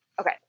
okay